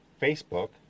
Facebook